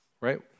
right